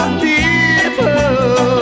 people